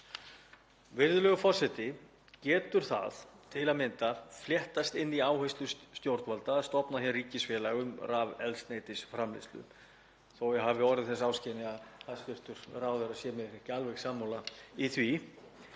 Virðulegur forseti. Getur það til að mynda fléttast inn í áherslur stjórnvalda að stofna hér ríkisfélag um rafeldsneytisframleiðslu? Þótt ég hafi orðið þess áskynja að hæstv. ráðherra sé mér ekki alveg sammála í því